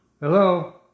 Hello